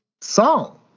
song